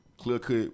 clear-cut